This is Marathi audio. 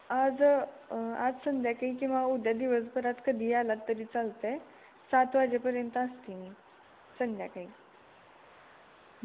आज आज संध्याकाळी किंवा उद्या दिवसभरात कधीही आलात तरी चालतं आहे सात वाजेपर्यंत असते मी संध्याकाळी